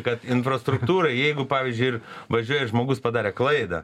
kad infrastruktūra jeigu pavyzdžiui ir važiuoja žmogus padarė klaidą